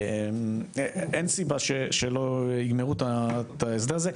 אין סיבה שלא יגמרו את ההסדר הזה.